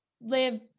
live